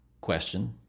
question